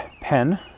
pen